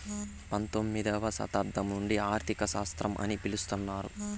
పంతొమ్మిదవ శతాబ్దం నుండి ఆర్థిక శాస్త్రం అని పిలుత్తున్నారు